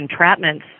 entrapments